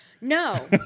No